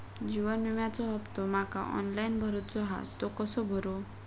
जीवन विम्याचो हफ्तो माका ऑनलाइन भरूचो हा तो कसो भरू?